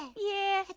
yeah.